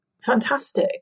fantastic